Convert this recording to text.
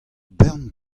bern